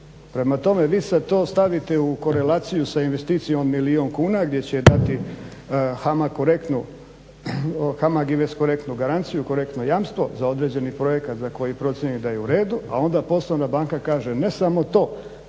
Prema tome, vi sad to stavite u korelaciju sa investicijom od milijun kuna gdje će dati HAMAG INVEST korektnu garanciju, korektno jamstvo za određeni projekat za koji procijeni da je u redu, a onda poslovna banka kaže ne samo to